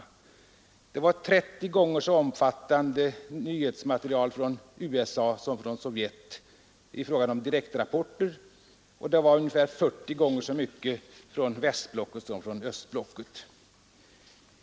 Nyhetsmaterialet från USA var 30 gånger så omfattande som det från Sovjet, därest man endast räknar direktrapporter. Från västblocket kom ungefär 40 gånger så mycket material som från östblocket.